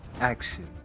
action